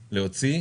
להוציא.